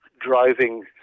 driving